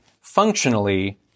functionally